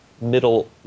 middle